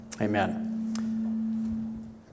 Amen